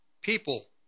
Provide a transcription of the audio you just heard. people